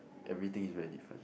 everything is very different